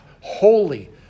holy